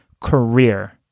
career